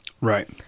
Right